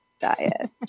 Diet